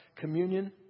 communion